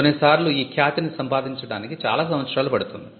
కొన్నిసార్లు ఖ్యాతిని సంపాదించడానికి చాలా సంవత్సరాలు పడుతుంది